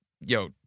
yo